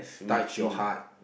touch your heart